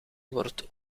wordt